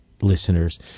listeners